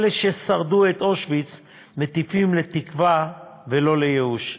אלה ששרדו את אושוויץ מטיפים לתקווה, ולא ייאוש".